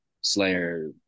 slayer